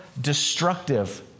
destructive